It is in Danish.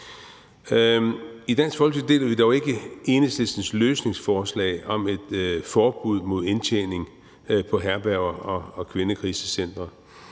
I Dansk Folkeparti deler vi dog ikke Enhedslistens løsningsforslag om et forbud mod indtjening på herberger og kvindekrisecentre.